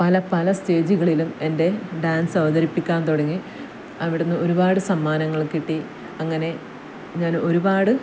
പല പല സ്റ്റേജികളിലും എൻ്റെ ഡാൻസ് അവതരിപ്പിക്കാൻ തുടങ്ങി അവിടുന്ന് ഒരുപാട് സമ്മാനങ്ങൾ കിട്ടി അങ്ങനെ ഞാൻ ഒരുപാട്